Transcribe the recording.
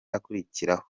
akurikiraho